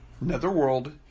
Netherworld